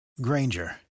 Granger